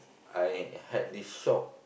I had this shock